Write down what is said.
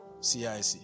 CIC